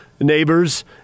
neighbors